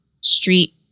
Street